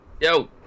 yo